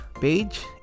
page